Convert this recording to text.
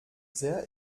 sehr